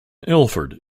ilford